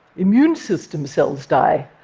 immune system cells die.